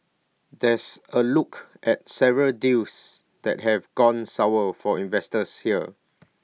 there's A look at several deals that have gone sour for investors here